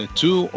two